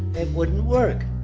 it wouldn't work.